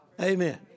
Amen